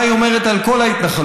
מה היא אומרת על כל ההתנחלויות.